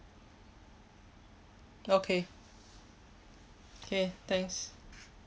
okay okay thanks